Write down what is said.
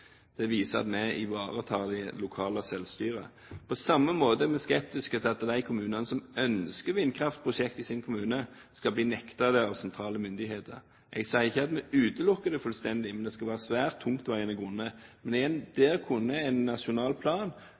Det viser at vi ivaretar det lokale selvstyret. På samme måte er vi skeptiske til at de kommunene som ønsker vindkraftprosjekt i sin kommune, skal bli nektet det av sentrale myndigheter. Jeg sier ikke at vi utelukker det fullstendig, men det skal være svært tungtveiende grunner. Men der kunne en nasjonal plan